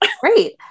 great